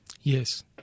Yes